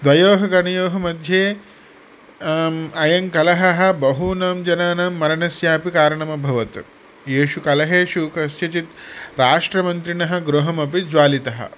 द्वयोः गणयोः मध्ये अयं कलहः बहूनां जनानां मरणस्यापि कारणम् अभवत् एषु कलहेषु कस्यचित् राष्ट्रमन्त्रिणः गृहमपि ज्वालितः